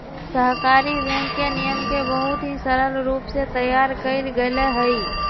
सहकारी बैंक के नियम के बहुत ही सरल रूप से तैयार कइल गैले हई